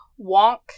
wonk